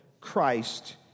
Christ